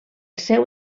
seu